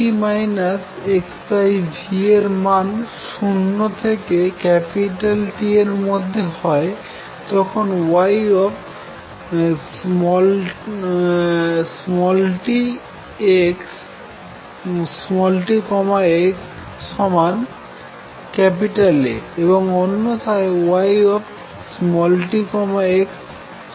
যদি t x v এর মান 0 থেকে T এর মধ্যে হয় তখন y t x A এবং অন্যথায় y t x 0